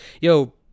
yo